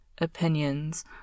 opinions